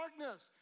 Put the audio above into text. darkness